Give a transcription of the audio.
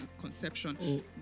conception